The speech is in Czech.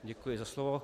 Děkuji za slovo.